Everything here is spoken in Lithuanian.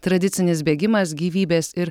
tradicinis bėgimas gyvybės ir